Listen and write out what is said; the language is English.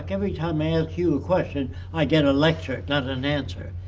every time i ask you a question, i get a lecture, not an answer.